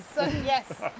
Yes